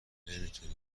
نمیتونی